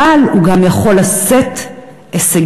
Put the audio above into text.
אבל הוא גם יכול לשאת הישגים,